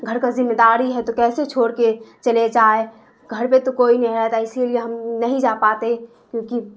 گھر کا ذمہ داری ہے تو کیسے چھوڑ کے چلے جائیں گھر پہ تو کوئی نہیں رہتا اسی لیے ہم نہیں جا پاتے کیونکہ